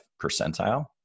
percentile